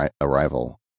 arrival